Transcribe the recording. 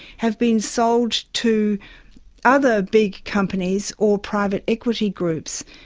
have been sold to other big companies or private equity groups.